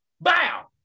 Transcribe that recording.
bow